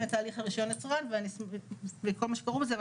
את תהליך הרישיון יצרן וכל מה שכרוך בזה.